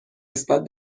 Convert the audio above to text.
نسبت